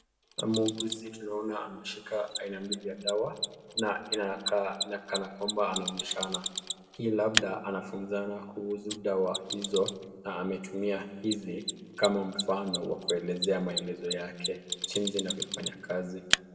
Mwuguzi tunaona ameshika aina mbili ya dawa na inakaa kanakwamba anaonyeshana. Hii labda anafunzana kuhusu dawa hizo na ametumia hizi kama mfano wa kuelezea maelezo yake jinsi inavyofanya kazi.